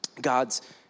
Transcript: God's